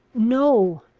no,